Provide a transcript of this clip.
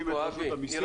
המסים.